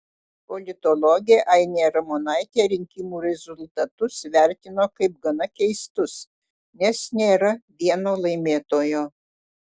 politologė ainė ramonaitė rinkimų rezultatus vertino kaip gana keistus nes nėra vieno laimėtojo